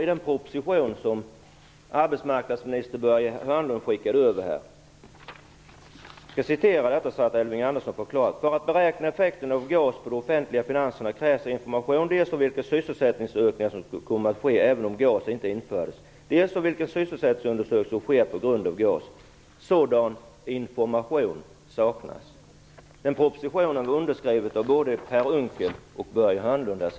I den proposition som arbetsmarknadsminister Börje Hörnlund skickade över stod: "För att beräkna effekten av GAS på de offentliga finanserna krävs information dels om vilka sysselsättningsökningar som skulle komma att ske även om GAS inte infördes, dels om vilken sysselsättningsökning som sker på grund av GAS. Sådan information saknas." Den propositionen var underskriven av både Per Unckel och Börje Hörnlund.